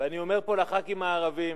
אני אומר פה לחברי הכנסת הערבים: